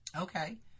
Okay